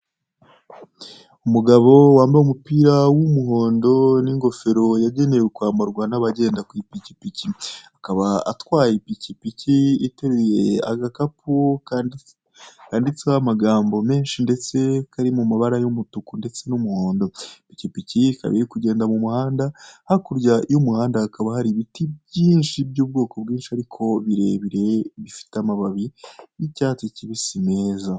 Umugabo wambaye umupira w'umuhondo n'ingofero yagenewe kwamburwa n'abagenda ku ipikipiki. Akaba atwaye ipikipiki iteruye agakapu kanditseho amagambo menshi, ndetse kari mu mabara y'umutuku ndetse n'umuhondo. Ipikipiki ikaba iri kugenda mu muhanda, hakurya y'umuhanda hakaba hari ibiti byinshi, by'ubwoko bwinshi, ariko birebire, bifite amababi y'icyatsi kibisi, meza.